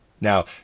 Now